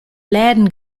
läden